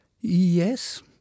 Yes